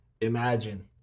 imagine